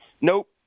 Nope